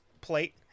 plate